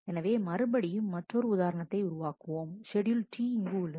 எனவே மறுபடியும் மற்றொரு உதாரணத்தை உருவாக்குவோம் ஷெட்யூல் T இங்கு உள்ளது